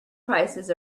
prices